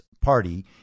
party